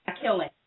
killing